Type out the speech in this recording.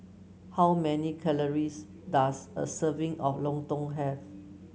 how many calories does a serving of Lontong have